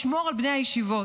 לשמור על בני הישיבות.